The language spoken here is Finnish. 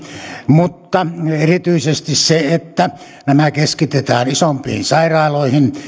mutta erityisesti se että nämä keskitetään isompiin sairaaloihin